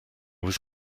was